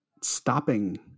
stopping